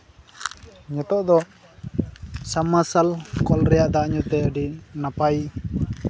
ᱱᱤᱛᱚᱜ ᱫᱚ ᱥᱟᱵ ᱢᱟᱨᱥᱟᱞ ᱠᱚᱞ ᱨᱮᱭᱟᱜ ᱫᱟᱜ ᱧᱩ ᱛᱮ ᱟᱹᱰᱤ ᱱᱟᱯᱟᱭ